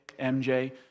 MJ